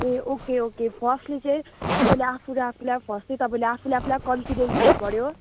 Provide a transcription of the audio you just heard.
ए okay okay firstly चाहिँ तपाईँले आफूले आफूलाई फर्स्ट्ली तपाईँले आफूले आफूलाई कन्फिडेन्ट हुनुपऱ्यो